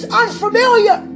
unfamiliar